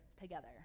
together